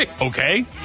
Okay